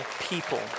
people